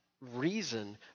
reason